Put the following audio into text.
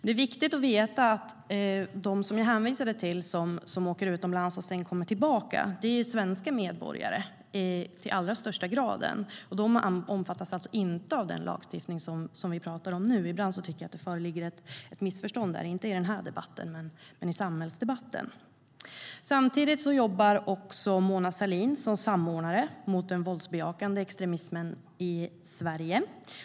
Det är viktigt att veta att de som jag hänvisade till tidigare, de som åker utomlands och sedan kommer tillbaka, är svenska medborgare till allra största delen. De omfattas alltså inte av den lagstiftning vi talar om nu. Ibland tycker jag att det föreligger ett missförstånd där - inte i den här debatten men i samhällsdebatten. Samtidigt jobbar Mona Sahlin som samordnare mot den våldsbejakande extremismen i Sverige.